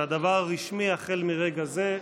והדבר רשמי החל מרגע זה.